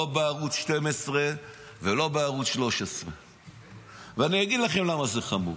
לא בערוץ 12 ולא בערוץ 13. אני אגיד לכם למה זה חמור.